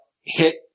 hit